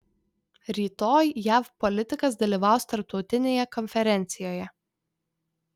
rytoj jav politikas dalyvaus tarptautinėje konferencijoje